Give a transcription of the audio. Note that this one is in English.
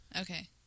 Okay